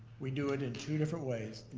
we do it in two different ways,